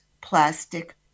plastic